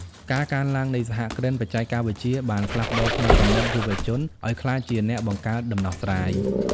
ការកើនឡើងនៃសហគ្រិនបច្ចេកវិទ្យាបានផ្លាស់ប្តូរផ្នត់គំនិតយុវជនឱ្យក្លាយជាអ្នកបង្កើតដំណោះស្រាយ។